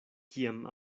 kiam